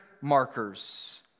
markers